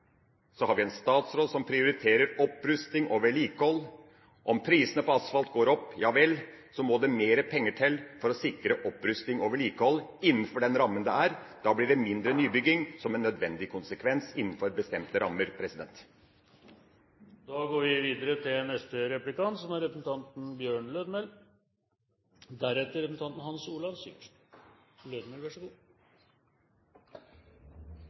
har vi en statsråd som prioriterer opprusting og vedlikehold. Om prisene på asfalt går opp, ja vel, så må det mer penger til for å sikre opprusting og vedlikehold innenfor den rammen som er. En nødvendig konsekvens blir da mindre nybygging